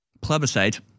plebiscite